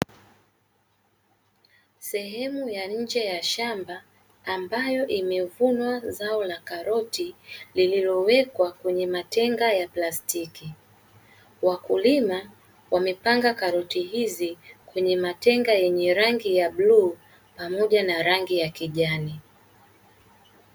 Sehemu ya nje ya shamba ambayo imevunwa zao la karoti, lililowekwa kwenye matenga ya plastiki. Wakulima wamepanga karoti hizi kwenye matenga yenye rangi ya bluu pamoja na rangi ya kijani.